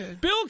Bill